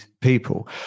people